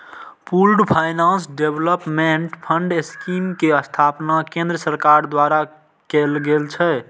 pooled finance development fund scheme के स्थापना केंद्र सरकार द्वारा कैल गेल छै